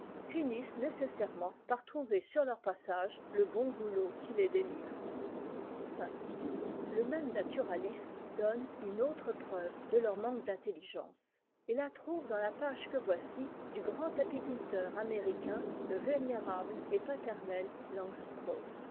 finissent nécessairement par trouver sur leur passage le bon goulot qui les délivre le même naturaliste donne une autre preuve de leur manque d'intelligence et la trouve dans la page que voici du grand apiculteur américain le vénérable et paternel